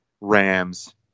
Rams